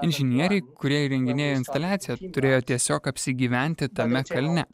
inžinieriai kurie įrenginėja instaliaciją turėjo tiesiog apsigyventi tame kalne